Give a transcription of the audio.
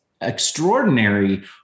extraordinary